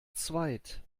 zweit